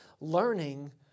Learning